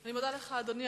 אני מודה לך, אדוני.